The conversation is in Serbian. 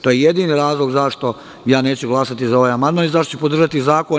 To je jedini razlog zašto ja neću glasati za ovaj amandman i zašto ću podržati zakon.